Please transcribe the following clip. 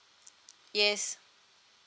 yes